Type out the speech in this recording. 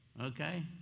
Okay